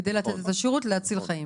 כדי לתת את השירות להציל חיים.